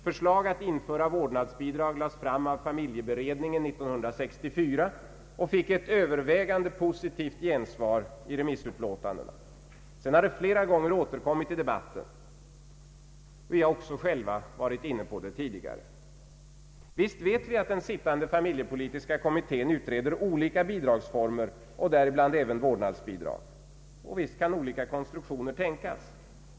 Förslag att införa vårdnadsbidrag lades fram av familjeberedningen 1964 och fick ett övervägande positivt gensvar i remissutlåtandena. Det har sedan flera gånger återkommit i debatten; vi har flera gånger varit inne på tanken. Visst vet vi att den sittande familjepolitiska kommittén utreder olika bidragsformer och däribland även vårdnadsbidrag. Visst kan olika konstruktioner tänkas.